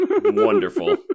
wonderful